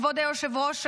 כבוד היושב-ראש,